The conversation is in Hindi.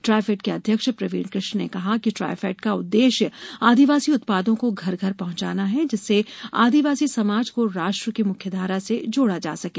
ट्राईफेड के अध्यक्ष प्रवीर कृष्ण ने कहा कि ट्राईफेड का उद्देश्य आदिवासी उत्पादों को घर घर पहुंचाना है जिससे आदिवासी समाज को राष्ट्र की मुख्यधारा से जोड़ा जा सके